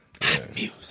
music